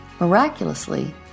Miraculously